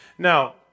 Now